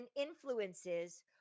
influences